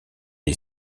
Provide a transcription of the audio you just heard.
est